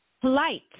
polite